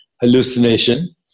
hallucination